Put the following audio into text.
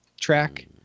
track